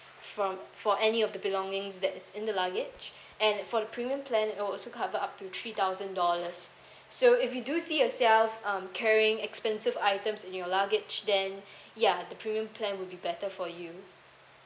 from for any of the belongings that's in the luggage and for the premium plan it will also cover up to three thousand dollars so if you do see yourself um carrying expensive items in your luggage then ya the premium plan would be better for you